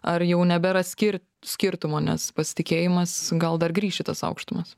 ar jau nebėra skir skirtumo nes pasitikėjimas gal dar grįš į tas aukštumas